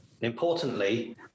Importantly